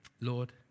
Lord